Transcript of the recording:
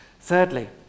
Thirdly